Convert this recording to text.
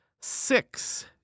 Six